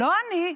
לא אני: